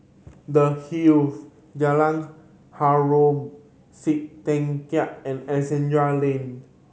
The Hive Jalan Harom Setangkai and Alexandra Lane